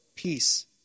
Peace